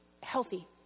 healthy